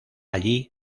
allí